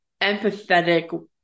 empathetic